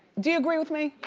do you agree with me?